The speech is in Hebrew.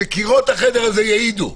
וקירות החדר הזה יעידו,